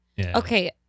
Okay